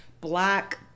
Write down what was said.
black